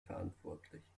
verantwortlich